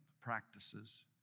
practices